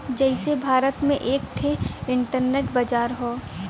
जइसे भारत में एक ठे इन्टरनेट बाजार हौ